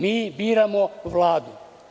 Mi biramo Vladu.